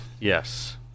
Yes